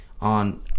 On